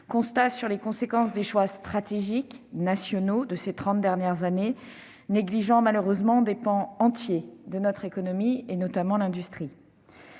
aussi sur les conséquences des choix stratégiques nationaux de ces trente dernières années, négligeant malheureusement des pans entiers de notre économie, notamment l'industrie.